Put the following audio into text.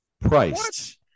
priced